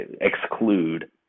exclude